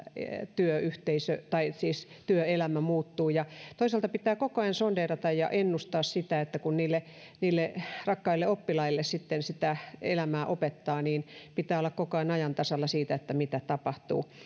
työyhteisö tai siis työelämä muuttuu ja toisaalta pitää koko ajan sondeerata ja ennustaa sitä kun niille niille rakkaille oppilaille sitten sitä elämää opettaa ja pitää olla koko ajan ajan tasalla siitä mitä tapahtuu